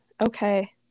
Okay